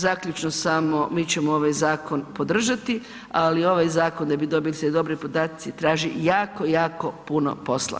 Zaključno samo, mi ćemo ovaj zakon podržati ali ovaj zakon da bi dobili se dobri podaci traži jako, jako puno posla.